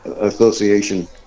Association